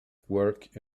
work